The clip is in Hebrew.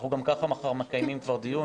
אנחנו גם כך מחר מקיימים דיון,